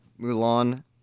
Mulan